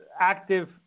active